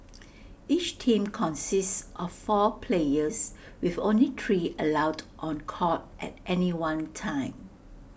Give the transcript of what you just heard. each team consists of four players with only three allowed on court at any one time